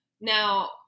Now